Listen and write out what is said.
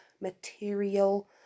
material